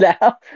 now